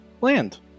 land